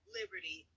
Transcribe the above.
liberty